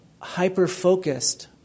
hyper-focused